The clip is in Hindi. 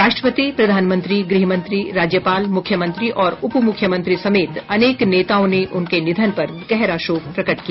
राष्ट्रपति प्रधानमंत्री गृहमंत्री राज्यपाल मुख्यमंत्री और उपमुख्यमंत्री समेत अनेक नेताओं ने उनके निधन पर गहरा शोक प्रकट किया